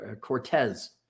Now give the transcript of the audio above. Cortez